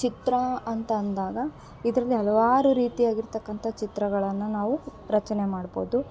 ಚಿತ್ರ ಅಂತ ಅಂದಾಗ ಇದರಲ್ಲಿ ಹಲವಾರು ರೀತಿಯಾಗಿರ್ತಕ್ಕಂಥ ಚಿತ್ರಗಳನ್ನು ನಾವು ರಚನೆ ಮಾಡ್ಬೋದು